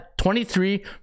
23